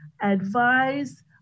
advise